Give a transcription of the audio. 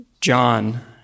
John